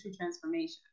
transformation